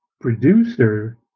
producer